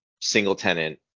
single-tenant